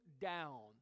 down